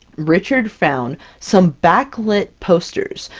richard found some backlit posters.